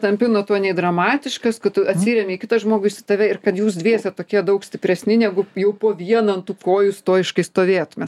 tampi nuo to nei dramatiškas kad tu atsiremi į kitą žmogų jisai į tave ir kad jūs dviese tokie daug stipresni negu jau po vieną ant kojų stojiškai stovėtumėt